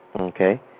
Okay